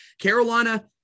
Carolina